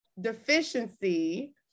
deficiency